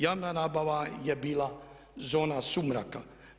Javna nabava je bila zona sumraka.